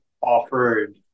offered